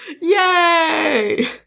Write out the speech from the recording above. Yay